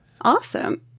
Awesome